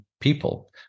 people